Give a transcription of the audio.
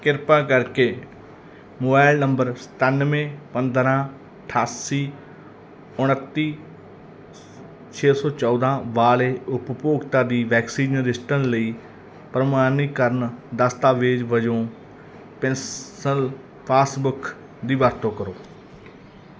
ਕਿਰਪਾ ਕਰਕੇ ਮੋਬਾਈਲ ਨੰਬਰ ਸਤਾਨਵੇਂ ਪੰਦਰ੍ਹਾਂ ਅਠਾਸੀ ਉਨੱਤੀ ਛੇ ਸੌ ਚੌਦ੍ਹਾਂ ਵਾਲੇ ਉਪਭੋਗਤਾ ਦੀ ਵੈਕਸੀਨ ਰਜਿਸਟ੍ਰੇਸ਼ਨ ਲਈ ਪ੍ਰਮਾਣੀਕਰਨ ਦਸਤਾਵੇਜ਼ ਵਜੋਂ ਪੈਨਸ਼ਨ ਪਾਸਬੁੱਕ ਦੀ ਵਰਤੋਂ ਕਰੋ